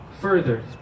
further